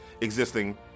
existing